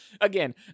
again